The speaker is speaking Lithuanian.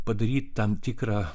padaryt tam tikrą